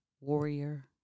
warrior